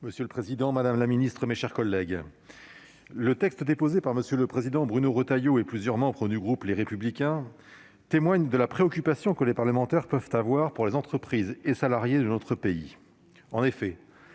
Monsieur le président, madame la ministre, mes chers collègues, le texte déposé par M. le président Bruno Retailleau et plusieurs membres du groupe Les Républicains témoigne de la préoccupation que les parlementaires peuvent avoir pour les entreprises et salariés de notre pays.